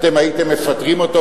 אתם הייתם מפטרים אותו?